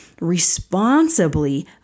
responsibly